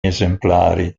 esemplari